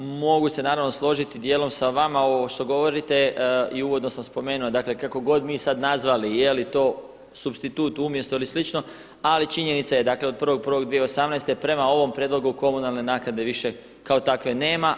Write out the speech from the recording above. Mogu se naravno složiti dijelom sa vama ovo što govorite i uvodno sam spomenuo dakle, kako god mi sada nazvali je li to supstitut umjesto ili slično, ali činjenica je dakle, od 1.1.2018. prema ovom prijedlogu komunalne naknade više kao takve nema.